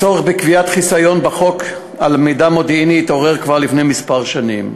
הצורך בקביעת חיסיון בחוק על מידע מודיעיני התעורר כבר לפני כמה שנים,